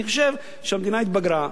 אני חושב שהמדינה התבגרה.